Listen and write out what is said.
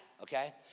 okay